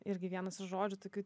irgi vienas iš žodžių tokių